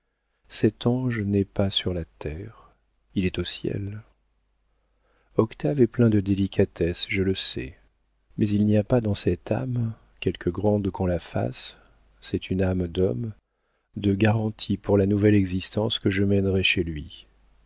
cet ange n'est pas sur la terre il est au ciel octave est plein de délicatesse je le sais mais il n'y a pas dans cette âme quelque grande qu'on la fasse c'est une âme d'homme de garanties pour la nouvelle existence que je mènerais chez lui